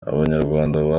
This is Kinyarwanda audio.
abanyarwanda